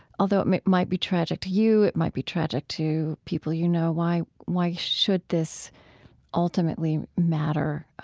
although it might might be tragic to you, it might be tragic to people you know, why why should this ultimately matter